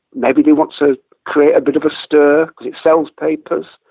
maybe they want to create a bit of a stir because it sells papers.